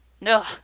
no